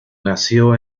nació